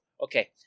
okay